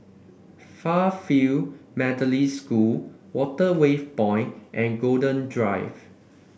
Fairfield Methodist School Waterway Point and Golden Drive